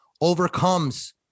Overcomes